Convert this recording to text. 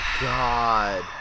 god